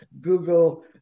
Google